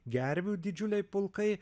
gervių didžiuliai pulkai